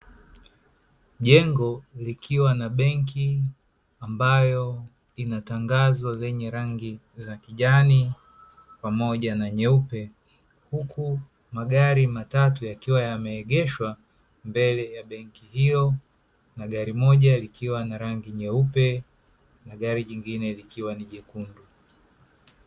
Jengo likiwa na benki ambayo ina tangazo lenye rangi za kijani pamoja na nyeupe. Huku magari matatu yakiwa yameegeshwa mbele ya benki hiyo, na gari moja likiwa na rangi nyeupe na gari jingine likiwa ni jekundu.